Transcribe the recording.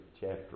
chapter